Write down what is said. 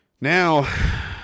Now